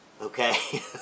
okay